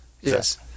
Yes